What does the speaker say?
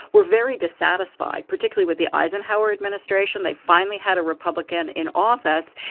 were very dissatisfied, particularly with the eisenhower administration. they finally had a republican in office,